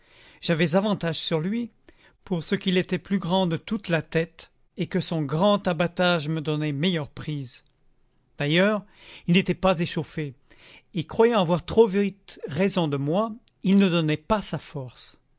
j'avais avantage sur lui pour ce qu'il était plus grand de toute la tête et que son grand abattage me donnait meilleure prise d'ailleurs il n'était pas échauffé et croyant avoir trop vite raison de moi il ne donnait pas sa force